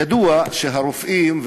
ידוע שהרופאים,